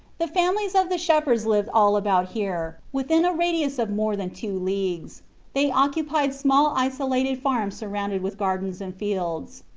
the families of the shepherds lived all about here within a radius of more than two leagues they occupied small isolated farms surrounded with gardens and fields.